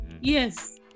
yes